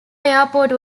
airport